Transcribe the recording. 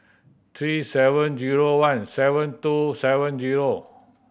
three seven zero one seven two seven zero